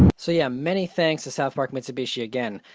so, yeah. many thanks to south park mitsubishi, again.